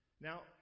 Now